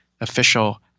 official